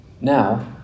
Now